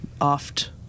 oft